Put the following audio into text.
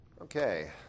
Okay